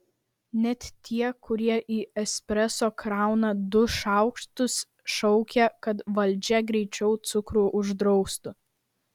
net tie kurie į espreso krauna du šaukštus šaukia kad valdžia greičiau cukrų uždraustų